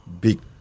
big